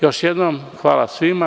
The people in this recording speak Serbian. Još jednom hvala svima.